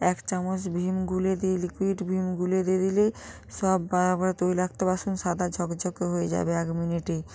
এক চামচ ভিম গুলে দিই লিক্যুইড ভিম গুলে দে দিলে সব বা আবার তৈলাক্ত বাসন সাদা ঝকঝকে হয়ে যাবে এক মিনিটেই